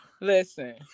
Listen